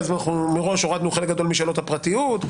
ואז אנחנו מראש הורדנו חלק גדול משאלות הפרטיות,